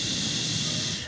ששש.